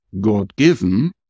God-given